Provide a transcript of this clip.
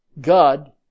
God